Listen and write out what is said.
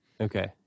Okay